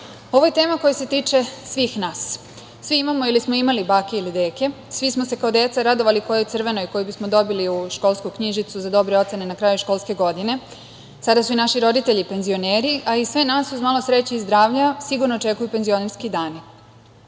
je tema koja se tiče svih nas. Svi imamo ili smo imali bake ili deke i svi smo se kao deca radovali kojoj crvenoj koju bismo dobili u školsku knjižicu za dobre ocene na kraju školske godine. Sada su i naši roditelji penzioneri, a i sve nas, uz malo sreće i zdravlja, sigurno očekuju penzionerski